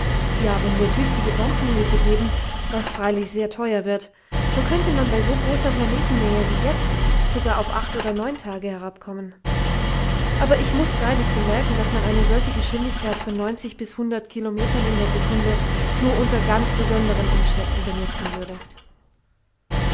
ja wenn wir tüchtige bombenhilfe geben was freilich sehr teuer wird so könnte man bei so großer planetennähe wie jetzt sogar auf acht oder neun tage herabkommen aber ich muß freilich bemerken daß man eine solche geschwindigkeit von bis kilometern in der sekunde nur unter ganz besonderen umständen benutzen würde